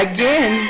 Again